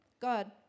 God